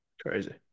Crazy